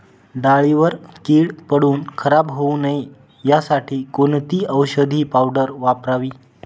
डाळीवर कीड पडून खराब होऊ नये यासाठी कोणती औषधी पावडर वापरावी?